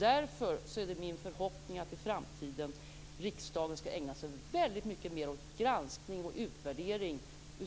Därför är det min förhoppning att riksdagen i framtiden skall ägna sig mycket mer åt granskning och utvärdering